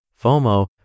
FOMO